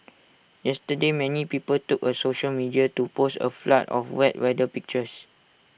yesterday many people took to social media to post A flood of wet weather pictures